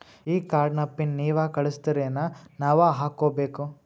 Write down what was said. ಈ ಕಾರ್ಡ್ ನ ಪಿನ್ ನೀವ ಕಳಸ್ತಿರೇನ ನಾವಾ ಹಾಕ್ಕೊ ಬೇಕು?